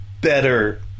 better